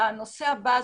הנושא הבא,